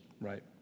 Right